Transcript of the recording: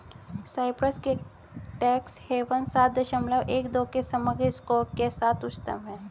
Cyprus के tax havens सात दशमलव एक दो के समग्र स्कोर के साथ उच्चतम हैं